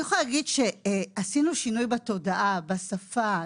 אני יכולה להגיד שעשינו שינוי בתודעה, בשפה.